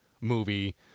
movie